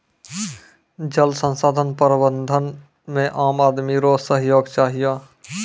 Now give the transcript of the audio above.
जल संसाधन प्रबंधन मे आम आदमी रो सहयोग चहियो